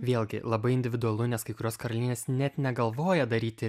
vėlgi labai individualu nes kai kurios karalienės net negalvoja daryti